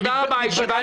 תודה רבה, הישיבה